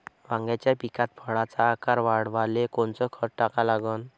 वांग्याच्या पिकात फळाचा आकार वाढवाले कोनचं खत टाका लागन?